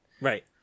Right